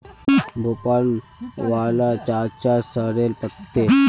भोपाल वाला चाचार सॉरेल पत्ते